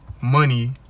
money